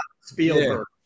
Spielberg